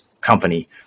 company